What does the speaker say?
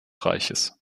reiches